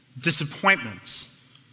disappointments